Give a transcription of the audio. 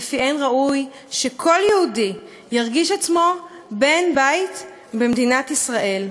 שלפיהן ראוי שכל יהודי ירגיש עצמו בן-בית במדינת ישראל.